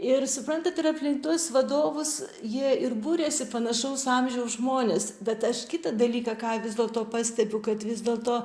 ir suprantat ir aplink tuos vadovus jie ir buriasi panašaus amžiaus žmonės bet aš kitą dalyką ką vis dėlto pastebiu kad vis dėlto